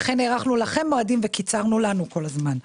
לכן הארכנו לכם מועדים וקיצרנו לנו כל הזמן.